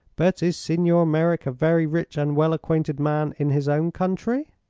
but is signor merreek a very rich and well acquainted man in his own country?